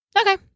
Okay